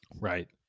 Right